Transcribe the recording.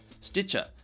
Stitcher